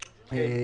כן.